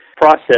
process